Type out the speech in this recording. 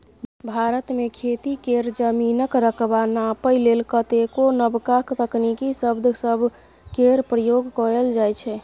भारत मे खेती केर जमीनक रकबा नापइ लेल कतेको नबका तकनीकी शब्द सब केर प्रयोग कएल जाइ छै